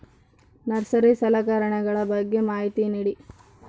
Nursery ಸಲಕರಣೆಗಳ ಬಗ್ಗೆ ಮಾಹಿತಿ ನೇಡಿ?